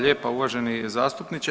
lijepa uvaženi zastupniče.